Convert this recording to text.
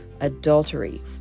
adultery